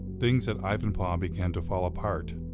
things at ivanpah um began to fall apart.